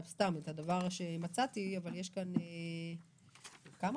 אבל יש כאן לא